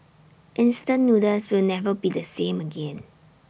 instant noodles will never be the same again